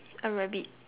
a rabbit